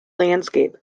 landscape